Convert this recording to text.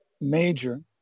major